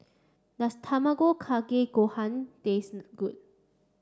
does Tamago Kake Gohan taste good